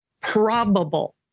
Probable